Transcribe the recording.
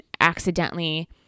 accidentally